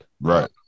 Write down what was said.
right